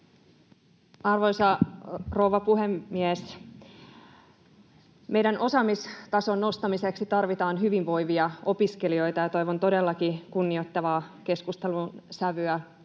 Arvoisa rouva puhemies! Meidän osaamistasomme nostamiseksi tarvitaan hyvinvoivia opiskelijoita, ja toivon todellakin kunnioittavaa keskustelun sävyä